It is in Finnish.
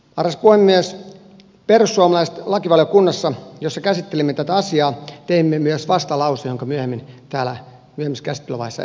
me perussuomalaiset lakivaliokunnassa jossa käsittelimme tätä asiaa teimme myös vastalauseen jonka myöhemmässä käsittelyvaiheessa täällä esitämme